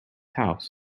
house